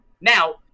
Now